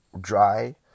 dry